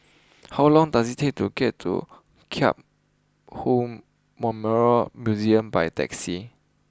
how long does it take to get to Memorial Museum by taxi